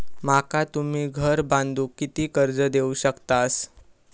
माका तुम्ही घर बांधूक किती कर्ज देवू शकतास?